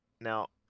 Now